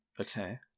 Okay